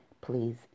please